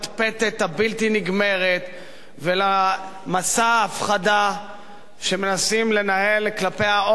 הבלתי-נגמרת ולמסע ההפחדה שמנסים לנהל כלפי העורף,